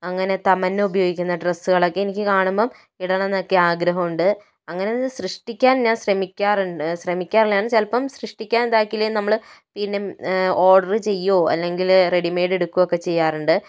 അങ്ങനെ തമന്ന ഉപയോഗിക്കുന്ന ഡ്രസ്സുകളൊക്കെ എനിക്ക് കാണുമ്പം ഇടണമെന്നൊക്കെ ആഗ്രഹമുണ്ട് അങ്ങനെയൊന്ന് സൃഷ്ടിക്കാന് ഞാന് ശ്രമിക്കാറുണ്ട് ശ്രമിക്കാറില്ല ഞാന് ചിലപ്പം സൃഷ്ടിക്കാന് ഇതാക്കില്ലേ നമ്മള് പിന്നെ ഓര്ഡര് ചെയ്യുകയോ അല്ലെങ്കില് റെഡിമെയ്ഡ് എടുക്കുകയോ ഒക്കെ ചെയ്യാറുണ്ട്